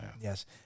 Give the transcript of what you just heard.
Yes